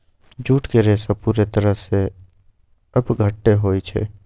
jute के रेशा पूरे तरह से अपघट्य होई छई